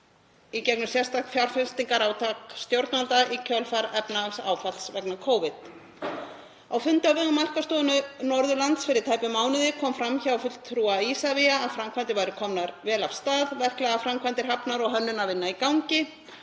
í gegnum sérstakt fjárfestingarátak stjórnvalda í kjölfar efnahagsáfalls vegna Covid. Á fundi á vegum Markaðsstofu Norðurlands fyrir tæpum mánuði kom fram hjá fulltrúa Isavia að framkvæmdir væru komnar vel af stað, verklegar framkvæmdir hafnar og hönnunarvinna í gangi